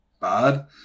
bad